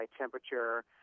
temperature